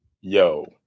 Yo